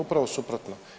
Upravo suprotno.